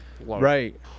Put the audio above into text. right